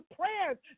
prayers